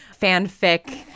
fanfic